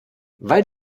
weil